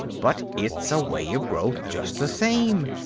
but it's a way of growth just the same.